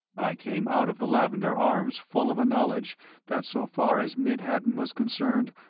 i came out of the lavender arms full of a knowledge that so far as mid-hatton was concerned,